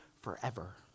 forever